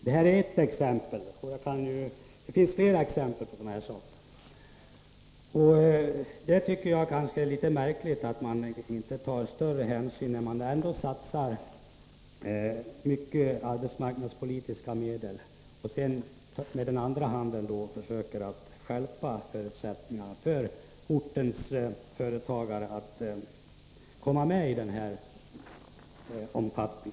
Det finns fler exempel på sådant. När man satsar så mycket på arbetsmarknadspolitiken, tycker jag att det är litet märkligt att man undanröjer förutsättningarna för ortens företagare att komma med i detta sammanhang.